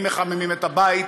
הם מחממים את הבית?